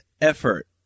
effort